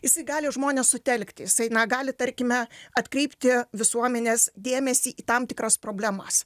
jisai gali žmones sutelkti jisai na gali tarkime atkreipti visuomenės dėmesį į tam tikras problemas